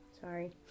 Sorry